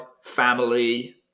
family